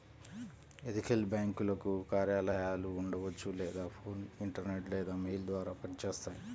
ethical బ్యేంకులకు కార్యాలయాలు ఉండవచ్చు లేదా ఫోన్, ఇంటర్నెట్ లేదా మెయిల్ ద్వారా పనిచేస్తాయి